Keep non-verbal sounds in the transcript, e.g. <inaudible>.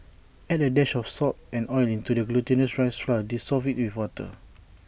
add A dash of salt and oil into the glutinous rice flour dissolve IT with water <noise>